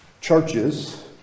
churches